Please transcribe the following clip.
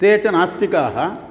ते च नास्तिकाः